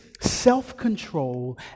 Self-control